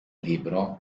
libro